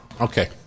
Okay